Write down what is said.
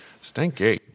stinky